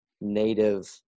native